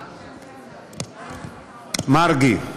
מרגי,